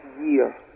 year